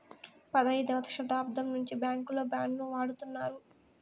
పదైదవ శతాబ్దం నుండి బ్యాంకుల్లో బాండ్ ను వాడుతున్నారు